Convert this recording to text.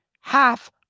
half